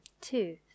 two